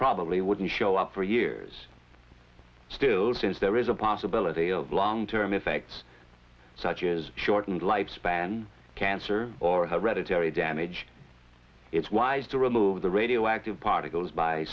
probably wouldn't show up for years still since there is a possibility of long term effects such as shortened lifespan cancer or hereditary damage it's wise to remove the radioactive particles by